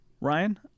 Ryan